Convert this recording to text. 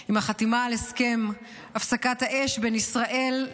החתימה על הסכם הפסקת האש בין ישראל,